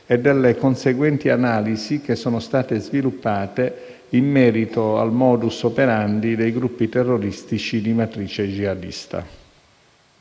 e delle conseguenti analisi che sono state sviluppate in merito al *modus operandi* dei gruppi terroristici di matrice jihadista.